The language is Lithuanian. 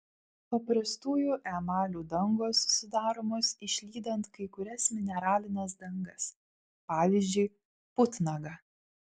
paprastųjų emalių dangos sudaromos išlydant kai kurias mineralines dangas pavyzdžiui putnagą